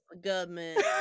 government